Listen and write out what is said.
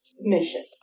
mission